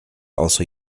also